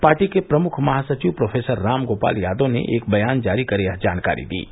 party के प्रमुख महासचिव प्रोफेसर रामगोपाल यादव ने एक बयान जारी कर यह जानकारी दी है